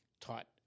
taught